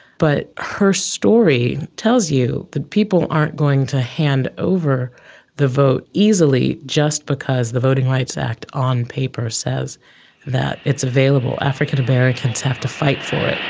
but her story tells you that people aren't going to hand over the vote easily, just because the voting rights act on paper says that it's available. african americans have to fight for it.